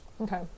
Okay